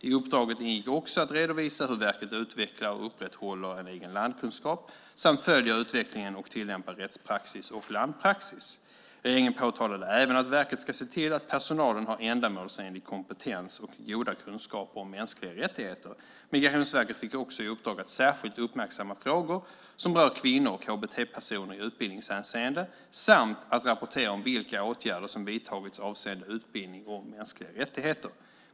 I uppdraget ingick också att redovisa hur verket utvecklar och upprätthåller en egen landkunskap samt följer utvecklingen och tillämpar rättspraxis och landpraxis. Regeringen påtalade även att verket ska se till att personalen har ändamålsenlig kompetens och goda kunskaper om mänskliga rättigheter. Migrationsverket fick också i uppdrag att särskilt uppmärksamma frågor som rör kvinnor och HBT-personer i utbildningshänseende samt att rapportera om vilka åtgärder som vidtagits avseende utbildning om mänskliga rättigheter.